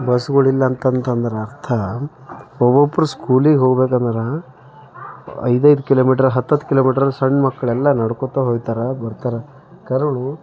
ಬಸ್ಗೊಳು ಇಲ್ಲ ಅಂತಂತಂದ್ರೆ ಅರ್ಥ ಒಬ್ಬೊಬ್ಬರು ಸ್ಕೂಲಿಗೆ ಹೋಗಬೇಕೆಂದ್ರೆ ಐದು ಐದು ಕಿಲೋಮೀಟರ್ ಹತ್ತತ್ತು ಕಿಲೋಮೀಟರ್ ಸಣ್ಣ ಮಕ್ಕಳೆಲ್ಲ ನಡ್ಕೊಳ್ತಾ ಹೊಯ್ತಾರಾ ಬರ್ತಾರೆ ಕೆಲವರು